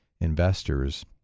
investors